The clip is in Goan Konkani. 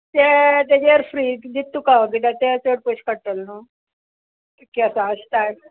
तें ताजेर फ्री दित तुका हांव किद्या ते चड पयशे काडटल न्हू केंसा स्टायल